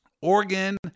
Oregon